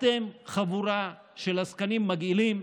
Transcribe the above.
אתם חבורה של עסקנים מגעילים.